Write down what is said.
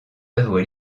œuvres